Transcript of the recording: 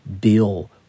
Bill